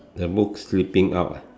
the book slipping out ah